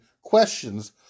questions